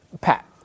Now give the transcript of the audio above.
Pat